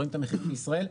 רואה את המחירים בישראל.